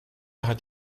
hat